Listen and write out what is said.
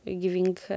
giving